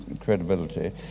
credibility